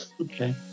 Okay